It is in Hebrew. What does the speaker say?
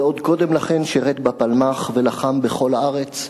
ועוד קודם לכן שירת בפלמ"ח, ולחם בכל הארץ,